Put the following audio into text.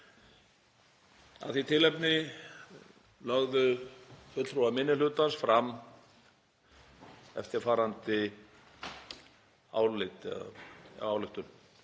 Af því tilefni lögðu fulltrúar minni hlutans fram eftirfarandi ályktun: